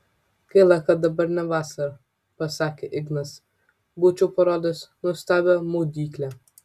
gaila kad dabar ne vasara pasakė ignas būčiau parodęs nuostabią maudyklę